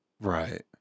Right